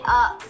up